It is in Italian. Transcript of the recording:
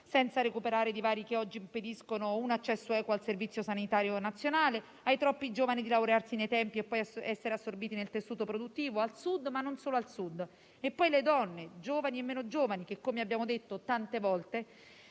senza recuperare i divari che oggi impediscono un accesso equo al Servizio sanitario nazionale, ai troppi giovani di laurearsi nei tempi e poi essere assorbiti nel tessuto produttivo, al Sud, ma non solo. E poi le donne, giovani e meno giovani, che, come abbiamo detto tante volte